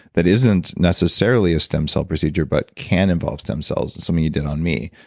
that isn't necessarily a stem cell procedure but can involve stem cells, it's something you did on me.